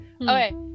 Okay